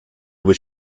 was